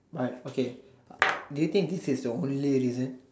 but okay do you think this is the only reason